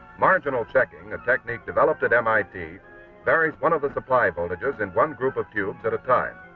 marginal checking a technique developed at mit varies one of the supply voltages in one group of tubes at a time,